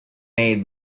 made